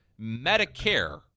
Medicare